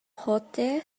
hotei